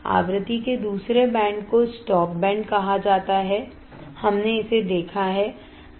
आवृत्ति के दूसरे बैंड को स्टॉप बैंड कहा जाता है हमने इसे देखा है